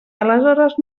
aleshores